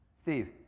Steve